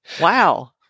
Wow